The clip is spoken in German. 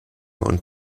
und